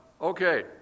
Okay